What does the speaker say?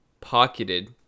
pocketed